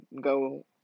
go